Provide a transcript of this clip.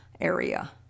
area